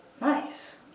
nice